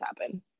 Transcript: happen